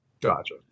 Gotcha